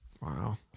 wow